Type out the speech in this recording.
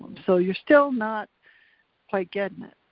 so you're still not quite gettin' it.